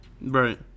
Right